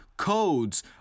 codes